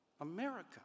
America